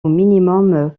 minimum